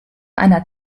einer